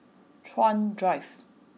Chuan Drive